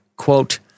quote